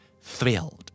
Thrilled